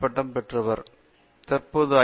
பட்டம் பெற்றவர் தற்போது அவர் ஐ